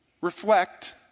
Reflect